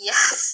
Yes